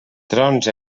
trons